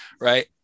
right